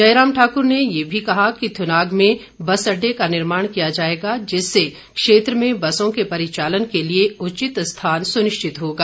जयराम ठाकुर ने ये भी कहा कि थुनाग में बस अडडे का निर्माण किया जाएगा जिससे क्षेत्र में बसों के परिचालन के लिए उचित स्थान सुनिश्चित होगा